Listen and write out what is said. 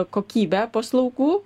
kokybę paslaugų